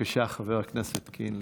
בבקשה, חבר הכנסת טור פז.